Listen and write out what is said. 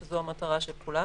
שזו המטרה של כולנו.